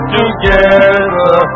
together